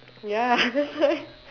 ya that's why